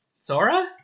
Sora